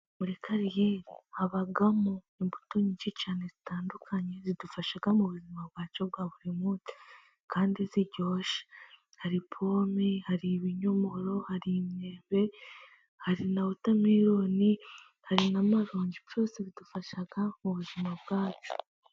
Muri kariyeri habamo imbuto nyinshi cyane zitandukanye zidufashaga mu buzima bwacu bwa buri munsi kandi ziryoshe. Hari pome, hari ibinyomoro, hariebe hari, wotameroni, hari n'amarongi, byose bidufasha mu buzima bwacu.